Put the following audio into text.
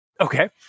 okay